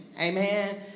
Amen